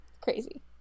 crazy